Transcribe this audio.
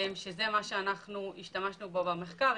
שזה מה שאנחנו השתמשנו בו במחקר.